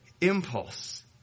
impulse